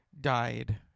died